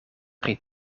pri